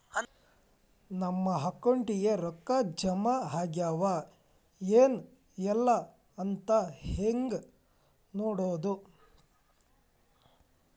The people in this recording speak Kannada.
ನಮ್ಮ ಅಕೌಂಟಿಗೆ ರೊಕ್ಕ ಜಮಾ ಆಗ್ಯಾವ ಏನ್ ಇಲ್ಲ ಅಂತ ಹೆಂಗ್ ನೋಡೋದು?